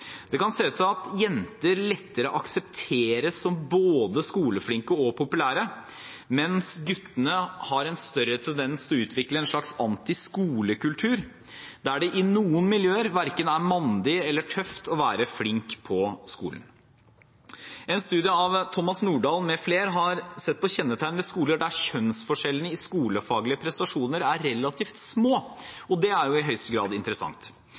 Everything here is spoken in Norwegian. Det kan se ut som om jenter lettere aksepteres som både skoleflinke og populære, mens guttene har en større tendens til å utvikle en slags «antiskolekultur», der det i noen miljøer er verken mandig eller tøft å være flink på skolen. En studie av Thomas Nordahl med flere har sett på kjennetegn ved skoler der kjønnsforskjellene i skolefaglige prestasjoner er relativt små. Det er i høyeste grad interessant.